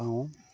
পাওঁ